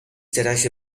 تراش